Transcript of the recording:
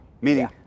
Meaning